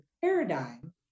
paradigm